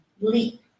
leap